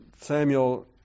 Samuel